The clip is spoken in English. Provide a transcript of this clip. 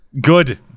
good